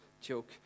joke